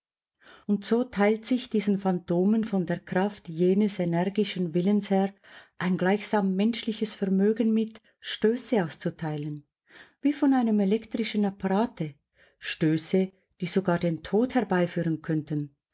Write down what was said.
und so teilt sich diesen phantomen von der kraft jenes energischen willens her ein gleichsam menschliches vermögen mit stöße auszuteilen wie von einem elektrischen apparate stöße die sogar den tod herbeiführen könnten